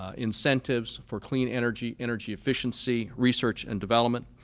ah incentives for clean energy, energy efficiency, research and development.